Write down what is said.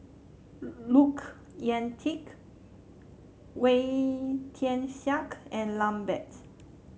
Look Yan Kit Wee Tian Siak and Lambert